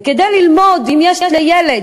וכדי ללמוד, אם יש לילד